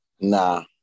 Nah